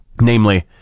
namely